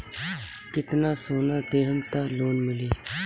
कितना सोना देहम त लोन मिली?